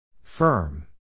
Firm